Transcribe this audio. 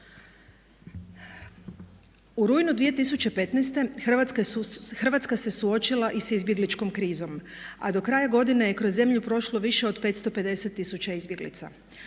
U rujnu 2015. Hrvatska se suočila i s izbjegličkom krizom, a do kraja godine je kroz zemlju prošlo više od 550000 izbjeglica.